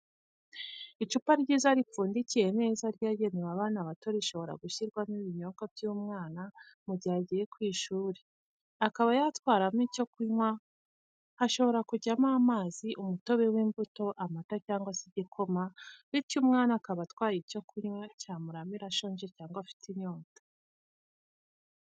Icupa ryiza ripfundikiye neza ryagenewe abana bato rishobora gushyirwamo ibinyobwa by'umwana mu gihe agiye ku ishuri, akaba yatwaramo icyo kunywa hashobora kujyamo amazi, umutobe w'imbuto, amata cyangwa se igikoma bityo umwana akaba atwaye icyo kunywa cyamuramira ashonje cyangwa afite inyota.